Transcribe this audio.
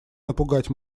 напугать